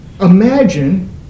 Imagine